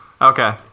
Okay